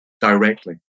directly